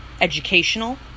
Educational